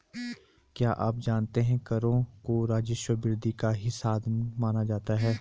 क्या आप जानते है करों को राजस्व वृद्धि का ही साधन माना जाता है?